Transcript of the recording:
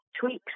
tweaks